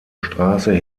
straße